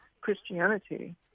Christianity